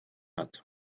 hat